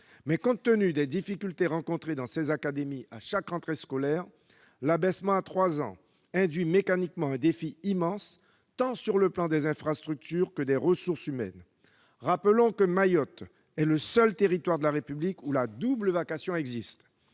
Mais compte tenu des difficultés rencontrées dans ces académies à chaque rentrée scolaire, l'abaissement à trois ans pose mécaniquement un défi immense, tant en termes d'infrastructures que de ressources humaines. Rappelons que Mayotte est le seul territoire de la République où la double vacation existe.